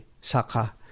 saka